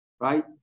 right